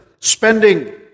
spending